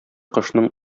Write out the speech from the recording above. кошның